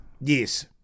yes